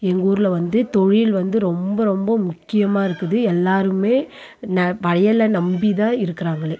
எங்கள் ஊரில் வந்து தொழில் வந்து ரொம்ப ரொம்ப முக்கியமாக இருக்குது எல்லோருமே நெ வயலை நம்பி தான் இருக்கிறாங்களே